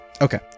Okay